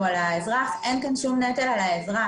על האזרח שאין כאן כל נטל על האזרח.